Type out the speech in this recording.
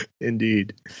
Indeed